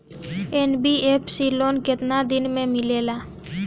NBFC loan केतना दिन मे मिलेला?